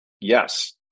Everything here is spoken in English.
yes